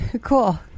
Cool